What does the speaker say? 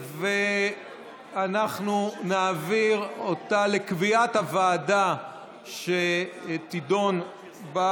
ואנחנו נעביר אותה לקביעת הוועדה שתדון בה,